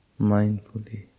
mindfully